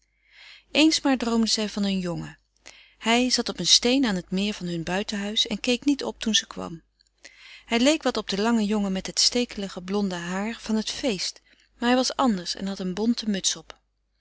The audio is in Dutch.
eens maar droomde zij van een jongen hij zat op een steen aan het meer van hun buitenhuis en keek niet op toen ze kwam hij leek wat op den langen jongen met het stekelig blonde haar van het feest maar hij was anders en had een bonten muts op